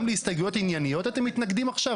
גם להסתייגויות ענייניות אתם מתנגדים עכשיו?